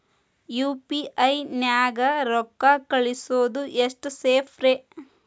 UPI ನ್ಯಾಗ ರೊಕ್ಕ ಕಳಿಸೋದು ಎಷ್ಟ ಸೇಫ್ ರೇ?